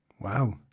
Wow